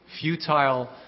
futile